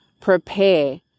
prepare